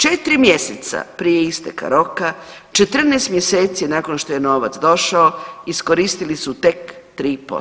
Četiri mjeseca prije isteka roka 14 mjeseci nakon što je novac došao iskoristili su tek 3%